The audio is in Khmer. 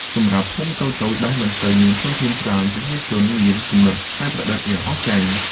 សម្រាប់ភូមិតូចៗដែលមិនសូវមានធនធានច្រើន ប្រជាជនមានគំនិតច្នៃប្រឌិតយ៉ាងអស្ចារ្យ។